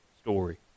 story